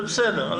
זה בסדר.